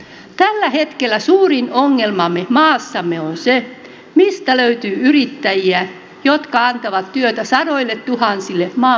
tällä hetkellä suurin ongelmamme maassamme on se mistä löytyy yrittäjiä jotka antavat työtä sadoilletuhansille maamme työttömille